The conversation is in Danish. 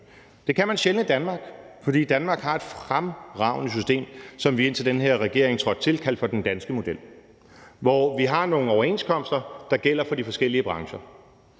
Det kan man sjældent i Danmark, fordi Danmark har et fremragende system, som vi, indtil den her regering trådte til, kaldte for den danske model, hvor vi har nogle overenskomster, der gælder for de forskellige brancher.